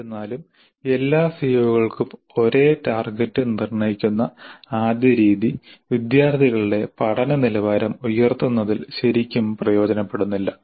എന്നിരുന്നാലും എല്ലാ സിഒകൾക്കും ഒരേ ടാർഗെറ്റ് നിർണ്ണയിക്കുന്ന ആദ്യ രീതി വിദ്യാർത്ഥികളുടെ പഠന നിലവാരം ഉയർത്തുന്നതിൽ ശരിക്കും പ്രയോജനപ്പെടുന്നില്ല